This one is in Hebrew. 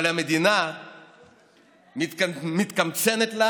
אבל המדינה מתקמצנת לה